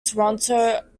toronto